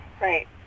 Right